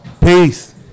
Peace